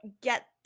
get